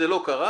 זה לא קרה,